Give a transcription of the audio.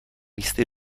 listy